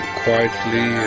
quietly